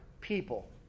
people